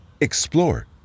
explore